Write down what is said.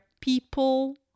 people